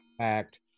Act